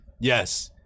yes